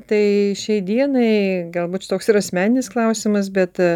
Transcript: tai šiai dienai galbūt toks ir asmeninis klausimas bet